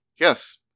Yes